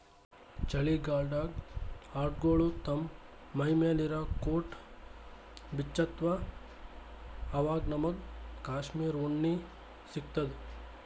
ಚಳಿಗಾಲ್ಡಾಗ್ ಆಡ್ಗೊಳು ತಮ್ಮ್ ಮೈಮ್ಯಾಲ್ ಇರಾ ಕೋಟ್ ಬಿಚ್ಚತ್ತ್ವಆವಾಗ್ ನಮ್ಮಗ್ ಕಾಶ್ಮೀರ್ ಉಣ್ಣಿ ಸಿಗ್ತದ